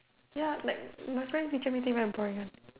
ya like my parents teacher meeting very boring one